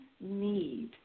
need